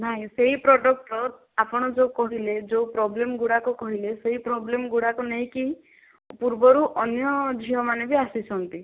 ନାଇଁ ସେଇ ପ୍ରଡକ୍ଟ ର ଆପଣ ଯେଉଁ କହିଲେ ଯେଉଁ ପ୍ରୋବ୍ଲେମ ଗୁଡ଼ାକ କହିଲେ ସେଇ ପ୍ରୋବ୍ଲେମ ଗୁଡ଼ାକ ନେଇକି ପୂର୍ବରୁ ଅନ୍ୟ ଝିଅ ମାନେ ବି ଆସିଛନ୍ତି